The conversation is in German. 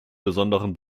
besonderen